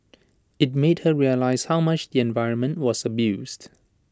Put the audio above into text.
IT made her realise how much the environment was abused